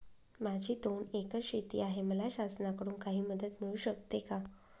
माझी दोन एकर शेती आहे, मला शासनाकडून काही मदत मिळू शकते का?